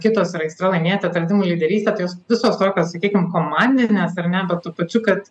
kitos yra aistra laimėti atradimų lyderystė tai jos visos tokios sakykim komandinės ar ne bet tuo pačiu kad